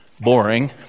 boring